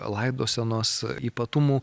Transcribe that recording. laidosenos ypatumų